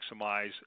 maximize